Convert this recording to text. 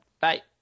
Bye